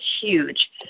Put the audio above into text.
huge